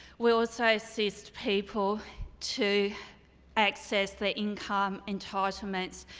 we also assist people to access the income entitlements.